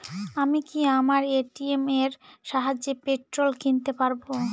আমি কি আমার এ.টি.এম এর সাহায্যে পেট্রোল কিনতে পারব?